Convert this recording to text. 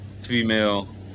female